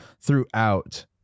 throughout